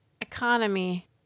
economy